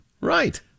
Right